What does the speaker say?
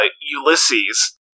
Ulysses